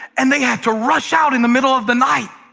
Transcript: and they had to rush out in the middle of the night.